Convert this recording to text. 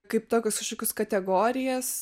kaip tokius kažkokius kategorijas